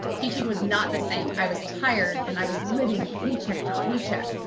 teaching was not the same. i was tired and i was living paycheck to paycheck.